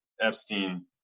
Epstein